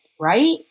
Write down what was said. right